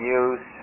use